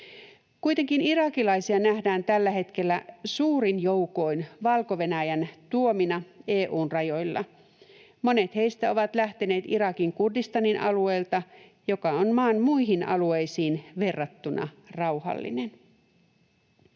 Kuitenkin irakilaisia nähdään tällä hetkellä suurin joukoin Valko-Venäjän tuomina EU:n rajoilla. Monet heistä ovat lähteneet Irakin Kurdistanin alueelta, joka on maan muihin alueisiin verrattuna rauhallinen.